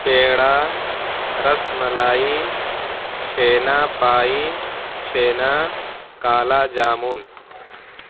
پیڑا rasmalai chhena پائی چھینا کالا جامن